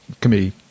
committee –